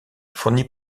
fourni